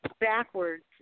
backwards